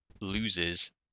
loses